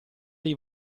dei